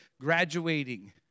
graduating